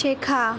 শেখা